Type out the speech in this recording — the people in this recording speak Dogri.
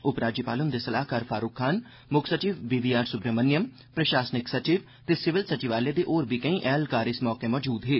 उपराज्यपाल हृंदे सलाहकार फारूक खान म्क्ख सचिव बी वी आर सुब्रह्मण्यम प्रशासनिक सचिव ते सिविल सचिवालय दे होर बी केईं अधिकारी इस मौके मौजूद हे